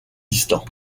distant